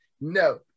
no